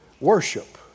worship